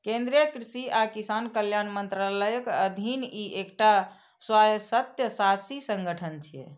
केंद्रीय कृषि आ किसान कल्याण मंत्रालयक अधीन ई एकटा स्वायत्तशासी संगठन छियै